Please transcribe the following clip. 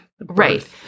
Right